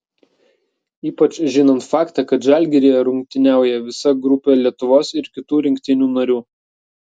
ypač žinant faktą kad žalgiryje rungtyniauja visa grupė lietuvos ir kitų rinktinių narių